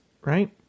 Right